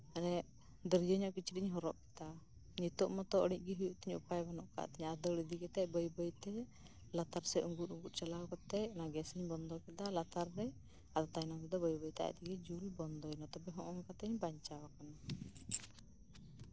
ᱢᱟᱱᱮ ᱫᱟᱹᱨᱭᱟᱹ ᱧᱚᱜ ᱠᱤᱪᱨᱤᱪ ᱤᱧ ᱦᱚᱨᱚᱜ ᱠᱮᱫᱟ ᱱᱤᱛᱚᱜ ᱢᱟᱛᱚ ᱤᱲᱤᱡ ᱜᱮ ᱦᱩᱭᱩᱜ ᱛᱤᱧᱟ ᱩᱯᱟᱭ ᱵᱟᱹᱱᱩᱜ ᱟᱠᱟᱫ ᱟᱫᱚ ᱤᱫᱤ ᱠᱟᱛᱮᱫ ᱵᱟᱹᱭ ᱵᱟᱹᱭᱛᱮ ᱞᱟᱛᱟᱨ ᱥᱮᱜ ᱪᱟᱞᱟᱣ ᱠᱟᱛᱮᱜ ᱜᱮᱥ ᱤᱧ ᱵᱚᱱᱫᱚ ᱠᱮᱫᱟ ᱟᱫᱚ ᱵᱟᱹᱭ ᱵᱟᱹᱭᱛᱮ ᱡᱩᱞ ᱵᱚᱱᱫᱚᱭᱮᱱᱟ ᱛᱚᱵᱮ ᱱᱚᱝᱠᱟ ᱛᱤᱧ ᱵᱟᱧᱪᱟᱣ ᱟᱠᱟᱱᱟ